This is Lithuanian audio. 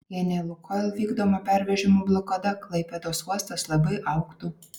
jei ne lukoil vykdoma pervežimų blokada klaipėdos uostas labai augtų